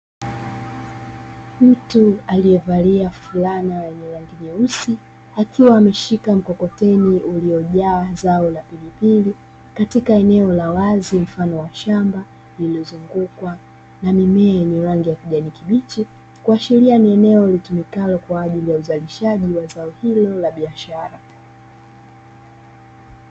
Mtu aliyevalia fulana yenye rangi nyeusi akiwa ameshika mkokoteni uliojaa zao la pilipili, katika eneo la wazi mfano wa shamba limezungukwa na mimea yenye rangi ya kijani kibichi kuashiria ni eneo litumikalo kwa ajili ya uzalishaji wa zao hilo la biashara.